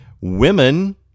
Women